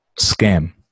Scam